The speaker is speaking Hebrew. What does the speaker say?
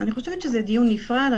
אני חושבת שזה דיון נפרד.